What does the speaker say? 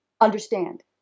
understand